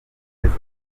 neza